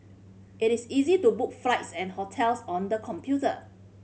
it is easy to book flights and hotels on the computer